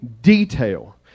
detail